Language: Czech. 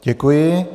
Děkuji.